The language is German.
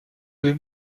den